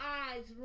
eyes